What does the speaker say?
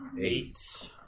Eight